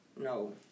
no